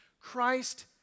Christ